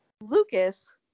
Lucas